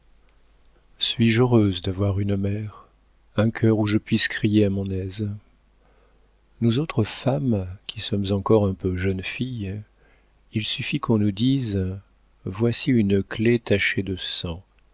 suis-je heureuse d'avoir une mère un cœur où je puisse crier à mon aise nous autres femmes qui sommes encore un peu jeunes filles il suffit qu'on nous dise voici une clef tachée de sang